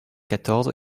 quatorze